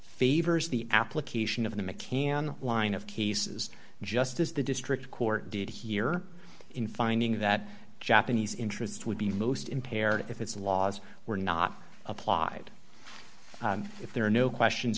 favors the application of the mccann line of cases just as the district court did here in finding that japanese interests would be most impaired if its laws were not applied if there are no questions